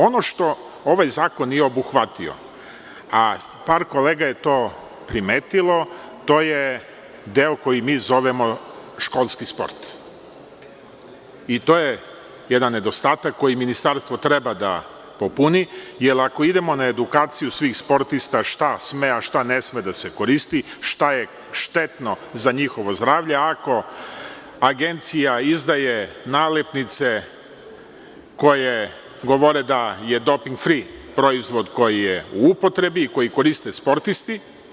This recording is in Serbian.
Ono što ovaj zakon nije obuhvatio, a par kolega je to primetilo, to je deo koji mi zovemo „školski sport“, i to je jedan nedostatak koje ministarstvo treba da popuni, jer ako idemo na edukaciju svih sportista šta sme, a šta ne sme da se koristi, šta je štetno za njihovo zdravlje ako agencija izdaje nalepnice koje govore da je doping free proizvod koji je u upotrebi i koje koriste sportisti.